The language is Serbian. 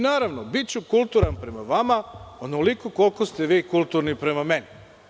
Naravno, biću kulturan prema vama, onoliko koliko ste vi kulturni prema meni.